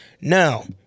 Now